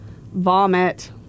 Vomit